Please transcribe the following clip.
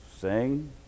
Sing